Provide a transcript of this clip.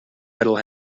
idle